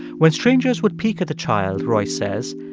when strangers would peek at the child, royce says,